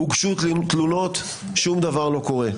הוגשו תלונות, שום דבר לא קורה.